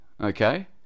okay